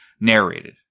narrated